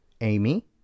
Amy